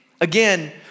again